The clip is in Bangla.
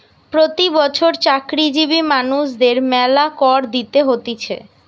প্রতি বছর চাকরিজীবী মানুষদের মেলা কর দিতে হতিছে